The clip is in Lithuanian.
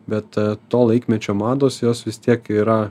bet to laikmečio mados jos vis tiek yra